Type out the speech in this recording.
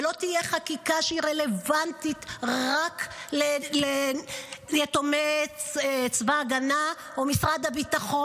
ולא תהיה חקיקה שהיא רלוונטית רק ליתומי צבא ההגנה או משרד הביטחון.